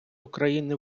україни